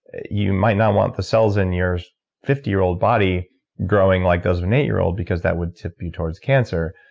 you might not want the cells in your fifty year old body growing like those of an eight year old because that would tip you towards cancer.